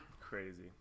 Crazy